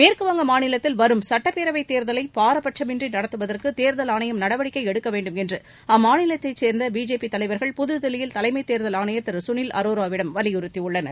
மேற்கு வங்க மாநிலத்தில் வரும் சுட்டப்பேரவைத் தேர்தலை பாரபட்சமின்றி நடத்துவதற்கு தேர்தல் ஆணையம் நடவடிக்கை எடுக்க வேண்டுமென்று அம்மாநிலத்தைச் சேர்ந்த பிஜேபி தலைவர்கள் புதுதில்லியில் தலைமைத் தேர்தல் ஆணையர் திரு சுனில் அரோராவிடம் வலியுறுத்தினர்